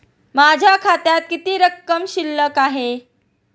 माझ्या खात्यात किती रक्कम शिल्लक आहे?